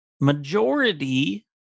majority